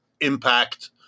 impact